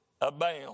abound